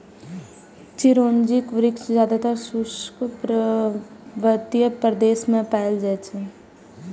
चिरौंजीक वृक्ष जादेतर शुष्क पर्वतीय प्रदेश मे पाएल जाइ छै